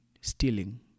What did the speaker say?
stealing